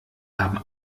haben